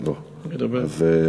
אני חושב,